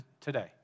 today